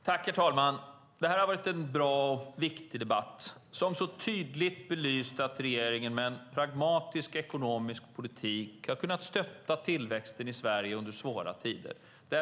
Herr talman! Det här har varit en bra och viktig debatt som tydligt har belyst att regeringen med en pragmatisk ekonomisk politik har kunnat stötta tillväxten i Sverige under svåra tider.